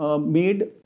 made